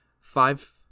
five